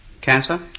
Cancer